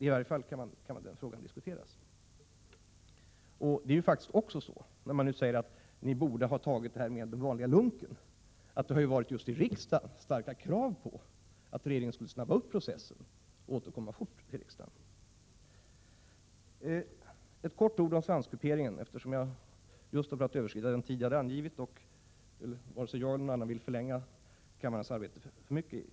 I varje fall kan det diskuteras vilken metod som är bäst. När man nu säger att vi borde ha arbetat med detta i den vanliga lunken vill jag påminna om att just riksdagen har haft starka krav på att regeringen skulle påskynda processen och snabbt återkomma till riksdagen med förslag. Endast några få ord om svanskupering, eftersom jag just har börjat överskrida den taletid som jag hade angivit och varken jag eller någon annan vill förlänga kammarens arbete för mycket.